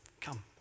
come